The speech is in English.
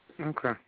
Okay